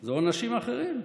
זה עונשים אחרים,